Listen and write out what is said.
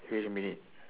wait a minute